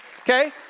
Okay